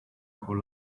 con